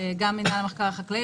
לחזור.